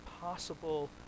possible